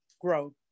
growth